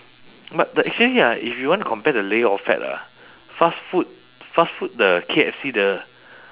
but the actually ah if you want compare the layer of fat ah fast food fast food the K_F_C the